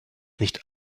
nicht